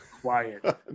Quiet